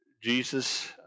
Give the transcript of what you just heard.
Jesus